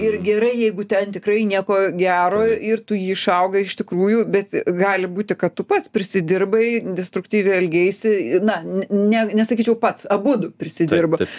ir gerai jeigu ten tikrai nieko gero ir tu jį išaugai iš tikrųjų bet gali būti kad tu pats prisidirbai destruktyviai elgeisi na n ne nesakyčiau pats abudu prisidirbo